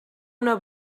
una